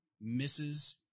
misses